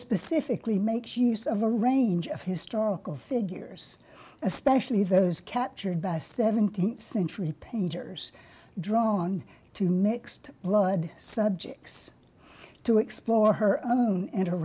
specifically makes use of a range of historical figures especially those captured by seventeenth century painters drawn to mixed blood subjects to explore her